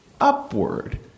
upward